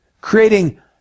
creating